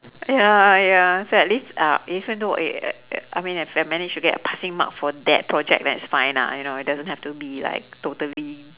ya ya sadly uh even though I mean if I managed to get a passing mark for that project that's fine ah you know it doesn't have to be like totally